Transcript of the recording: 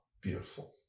beautiful